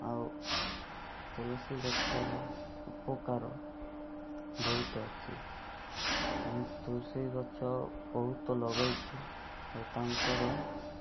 ଆଉ ତୁଳସୀ ଗଛର ଉପକାର ବହୁତ ଅଛି ଆମେ ତୁଳସୀ ଗଛ ବହୁତ ଲଗେଇଛୁ ଆଉ ତାଙ୍କର